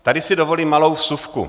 Tady si dovolím malou vsuvku.